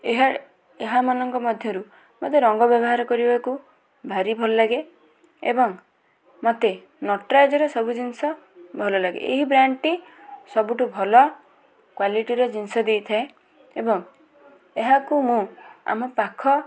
ଏହାମାନଙ୍କ ମଧ୍ୟରୁ ମୋତେ ରଙ୍ଗ ବ୍ୟବହାର କରିବାକୁ ଭାରି ଭଲ ଲାଗେ ଏବଂ ମୋତେ ନଟ୍ରାଜ୍ର ସବୁ ଜିନିଷ ଭଲ ଲାଗେ ଏହି ବ୍ରାଣ୍ଡ୍ଟି ସବୁଠୁ ଭଲ କ୍ଵାଲିଟିର ଜିନିଷ ଦେଇଥାଏ ଏବଂ ଏହାକୁ ମୁଁ ଆମ ପାଖ